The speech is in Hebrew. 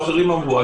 ואחרים אמרו.